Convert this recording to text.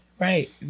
Right